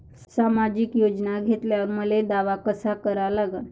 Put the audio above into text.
सामाजिक योजना घेतल्यावर मले दावा कसा करा लागन?